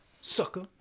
sucker